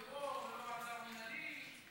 זה לא טרור, זה לא מעצר מינהלי,